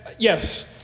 Yes